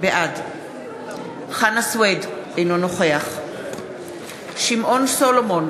בעד חנא סוייד, אינו נוכח שמעון סולומון,